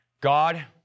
God